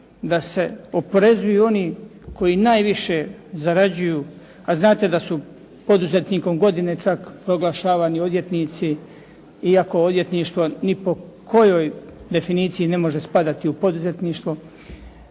da se oporezuju oni koji najviše zarađuju, a znate da su poduzetnikom godine čak proglašavani odvjetnici, iako odvjetništvo ni po kojoj definiciji ne može spadati u poduzetništvo,